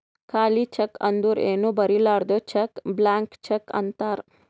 ಖಾಲಿ ಚೆಕ್ ಅಂದುರ್ ಏನೂ ಬರಿಲಾರ್ದು ಚೆಕ್ ಬ್ಲ್ಯಾಂಕ್ ಚೆಕ್ ಅಂತಾರ್